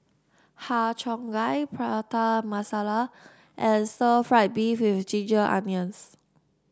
Har Cheong Gai Prata Masala and Stir Fried Beef with Ginger Onions